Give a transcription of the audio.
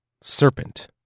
Serpent